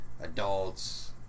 adults